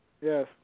Yes